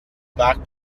back